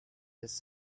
his